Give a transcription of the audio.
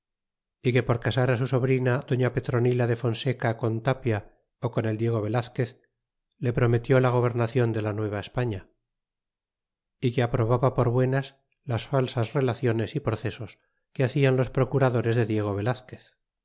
y que por casar su sobrina doña petronila de fonseca con tapia con el diego voiazquez le prometió la go bernacion de la n u eva españa que ap robaba por buenas las falsas relaciones iv t é procesos que hacian los procuradores de diego velazquez